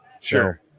Sure